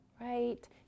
right